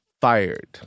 fired